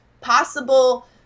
possible